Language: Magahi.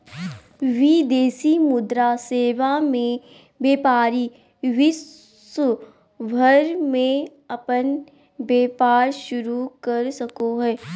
विदेशी मुद्रा सेवा मे व्यपारी विश्व भर मे अपन व्यपार शुरू कर सको हय